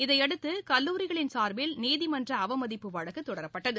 இதனையடுத்து கல்லூரிகளின் சார்பில் நீதிமன்ற அவமதிப்பு வழக்கு தொடரப்பட்டது